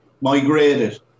migrated